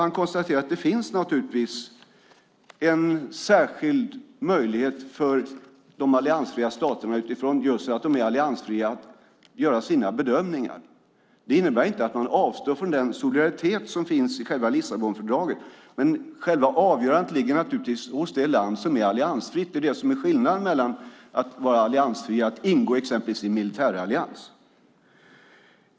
Han konstaterar att det naturligtvis finns en särskild möjlighet för de alliansfria staterna att just utifrån att de är alliansfria göra sina bedömningar. Det innebär inte att man avstår från den solidaritet som finns i själva Lissabonfördraget, men avgörandet ligger naturligtvis hos det land som är alliansfritt. Det är det som är skillnaden mellan att vara alliansfri och att ingå i exempelvis en militärallians.